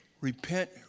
repent